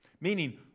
meaning